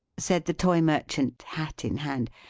said the toy merchant, hat in hand.